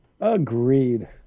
Agreed